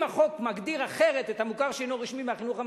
אם החוק מגדיר את המוכר שאינו רשמי אחרת מהחינוך הממלכתי,